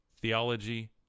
theology